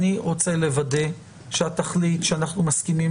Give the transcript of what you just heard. אני רוצה לוודא שהתכלית שאנחנו מסכימים